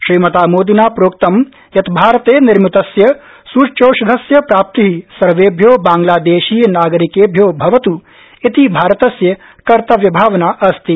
श्रीमता मोदिना प्रोक्तं यत् भारते निर्मितस्यसृच्यौषधस्य प्राप्ति सर्वेभ्यो बांग्लादेशीयनागरिकेभ्यो भवत् इति भारतस्य कर्तव्यभावना अस्ति